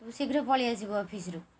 ତୁ ଶୀଘ୍ର ପଳାଇ ଆସିବ ଅଫିସ୍ରୁ